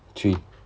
three